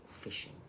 fishing